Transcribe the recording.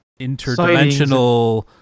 interdimensional